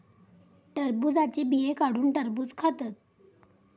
टरबुजाचे बिये काढुन टरबुज खातत